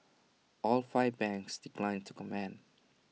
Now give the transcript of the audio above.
all five banks declined to comment